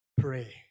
pray